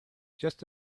just